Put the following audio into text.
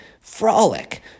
frolic